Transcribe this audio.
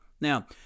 now